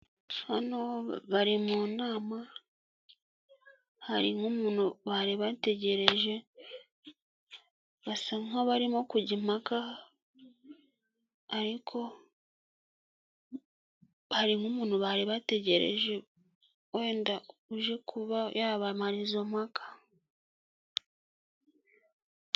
Hano bari mu nama hari nk'umuntu bari bategereje basa nk'abarimo kujya impaka ariko hari nk'umuntu bari bategere wenda uje kuba yabamara izo mpaka.